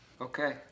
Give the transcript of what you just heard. Okay